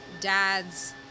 dads